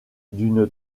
d’une